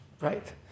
Right